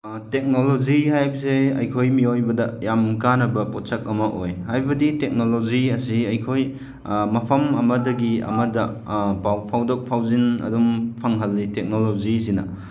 technology ꯍꯥꯏꯕꯁꯦ ꯑꯩꯈꯣꯏ ꯃꯤꯑꯣꯏꯕꯗ ꯌꯥꯝ ꯀꯥꯟꯅꯕ ꯄꯣꯠꯁꯛ ꯑꯃ ꯑꯣꯏ ꯍꯥꯏꯕꯗꯤ ꯇꯦꯛꯅꯣꯂꯣꯖꯤ ꯑꯁꯤ ꯑꯩꯈꯣꯏ ꯃꯐꯝ ꯑꯃꯗꯒꯤ ꯑꯃꯗ ꯄꯥꯎ ꯐꯥꯎꯗꯣꯛ ꯐꯥꯎꯖꯤꯟ ꯑꯗꯨꯝ ꯐꯪꯍꯜꯂꯤ ꯇꯦꯛꯅꯣꯂꯣꯖꯤꯁꯤꯅ